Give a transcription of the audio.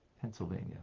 Pennsylvania